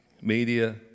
media